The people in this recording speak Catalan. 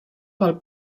pel